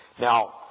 Now